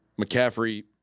McCaffrey